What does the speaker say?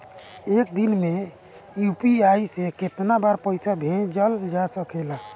एक दिन में यू.पी.आई से केतना बार पइसा भेजल जा सकेला?